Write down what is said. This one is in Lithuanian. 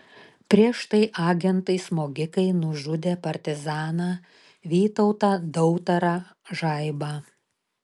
prieš tai agentai smogikai nužudė partizaną vytautą dautarą žaibą